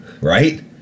right